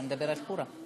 אתה מדבר על חורה.